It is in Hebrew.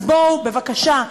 אז בבקשה,